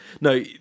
no